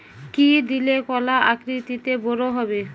কি দিলে কলা আকৃতিতে বড় হবে?